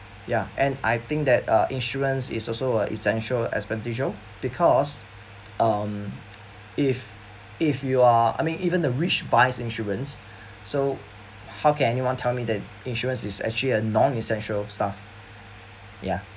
ya and I think that uh insurance is also a essential expenditure because um if if you are I mean even the rich buys insurance so how can anyone tell me that insurance is actually a non essential stuff ya